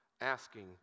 asking